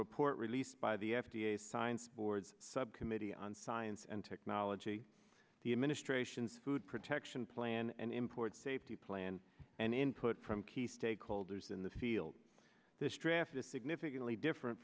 report released by the f d a science board's subcommittee on science and technology the administration's food protection plan and import safety plan and input from key stakeholders in the field this draft is significantly different